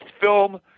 film